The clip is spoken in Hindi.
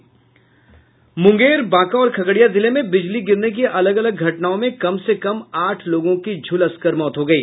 मुंगेर बांका और खगड़िया जिले में बिजली गिरने की अलग अलग घटनाओं में कम से कम आठ लोगों की झुलस कर मौत हो गयी